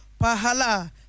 Pahala